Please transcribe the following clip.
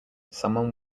someone